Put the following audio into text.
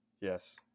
Yes